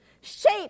shape